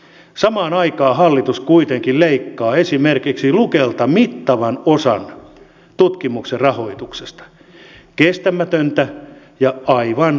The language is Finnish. samaan aikaan hallitus kuitenkin leikkaa esimerkiksi lukelta mittavan osan tutkimuksen rahoituksesta kestämätöntä ja aivan sokeutta